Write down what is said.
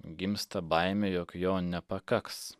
gimsta baimė jog jo nepakaks